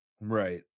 Right